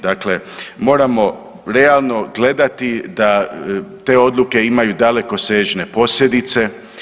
Dakle, moramo realno gledati da te odluke imaju dalekosežne posljedice.